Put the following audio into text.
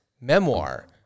memoir